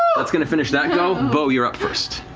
that's going to finish that go. beau, you're up first.